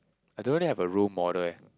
I don't really have a role model eh